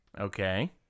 Okay